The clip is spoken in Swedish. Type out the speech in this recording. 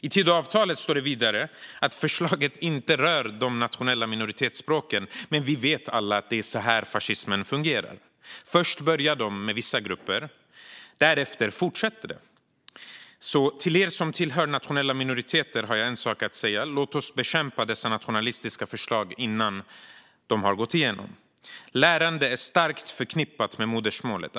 I Tidöavtalet står det att förslaget inte rör de nationella minoritetsspråken, men vi vet alla att det är så här fascismen fungerar: De börjar med vissa grupper, och därefter fortsätter det. Till er som tillhör nationella minoriteter har jag därför en sak att säga: Låt oss bekämpa dessa nationalistiska förslag innan de har gått igenom! Lärande är starkt förknippat med modersmålet.